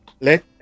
Let